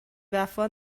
وفا